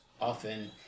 often